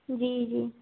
जी जी